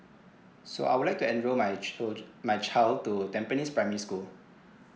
so I would like to enroll my children my child to tampines primary school